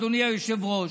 אדוני היושב-ראש,